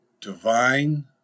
divine